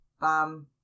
bam